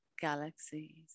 galaxies